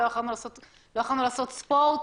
לא יכולנו לעשות ספורט.